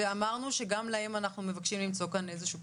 ואמרנו שגם להם אנחנו מבקשים למצוא כאן איזשהו פתרון.